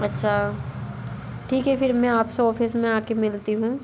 अच्छा ठीक है फिर मे आप से ऑफिस में आ के मिलती हूँ